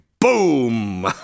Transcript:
boom